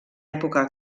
època